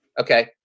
okay